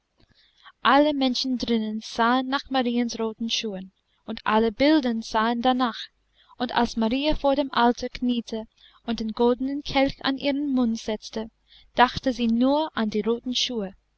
alle menschen drinnen sahen nach mariens roten schuhen und alle bilder sahen danach und als marie vor dem altar kniete und den goldenen kelch an ihren mund setzte dachte sie nur an die roten schuhe